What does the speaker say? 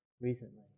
recently